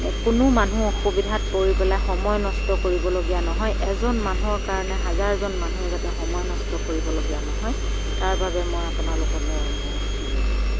কোনো মানুহ অসুবিধাত পৰি পেলাই সময় নষ্ট কৰিবলগীয়া নহয় এজন মানুহৰ কাৰণে হাজাৰজন মানুহে যাতে সময় নষ্ট কৰিবলগীয়া নহয় তাৰ বাবে মই আপোনালোকলৈ অনুৰোধ কৰিলোঁ